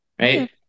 Right